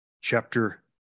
chapter